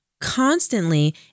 constantly